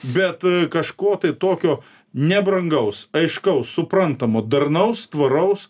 bet kažko tai tokio nebrangaus aiškaus suprantamo darnaus tvaraus